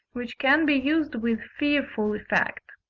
which can be used with fearful effect.